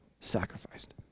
sacrificed